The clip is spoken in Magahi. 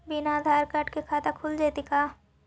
बिना आधार कार्ड के खाता खुल जइतै का?